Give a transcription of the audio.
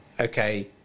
okay